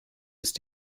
ist